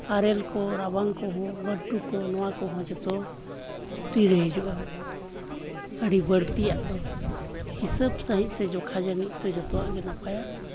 ᱟᱨᱮᱹᱞ ᱠᱚ ᱨᱟᱵᱟᱝ ᱠᱚᱦᱚᱸ ᱵᱷᱟᱹᱨᱰᱩ ᱠᱚᱦᱚᱸ ᱡᱚᱛᱚ ᱠᱷᱩᱛᱤ ᱨᱮ ᱦᱤᱡᱩᱜᱼᱟ ᱟᱹᱰᱤ ᱵᱟᱹᱲᱛᱤᱭᱟᱜ ᱫᱚ ᱦᱤᱥᱟᱵᱽ ᱥᱟᱺᱦᱤᱡᱽ ᱥᱮ ᱡᱚᱠᱷᱟ ᱡᱟᱹᱱᱤᱡᱽ ᱫᱚ ᱡᱚᱛᱚᱣᱟᱜᱼᱜᱮ ᱱᱟᱯᱟᱭᱟ